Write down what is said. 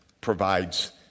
provides